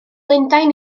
lundain